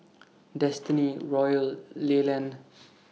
Destiny Royal Leland